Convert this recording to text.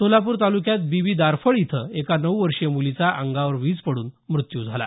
सोलापूर तालुक्यात बीबी दारफळ इथं एका नऊ वर्षीय मुलीचा अंगावर वीज पडून मृत्यु झाला